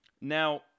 now